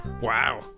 Wow